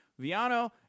Viano